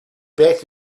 bet